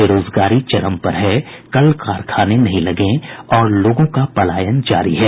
बेरोजगारी चरम पर है कल कारखाने नहीं लगे और लोगों का पलायन जारी है